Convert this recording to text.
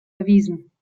erwiesen